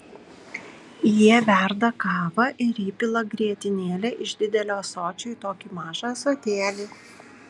jie verda kavą ir įpila grietinėlę iš didelio ąsočio į tokį mažą ąsotėlį